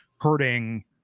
hurting